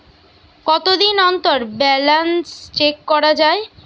কতদিন অন্তর balance check করা য়ায়?